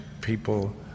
people